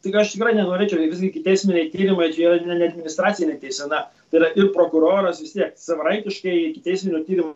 tik aš tikrai nenorėčiau visgi ikiteisminiai tyrimai čia yra ne ne administracinė teisena yra ir prokuroras vis tiek savarankai ikiteisminio tyrimo